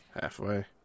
Halfway